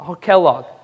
Kellogg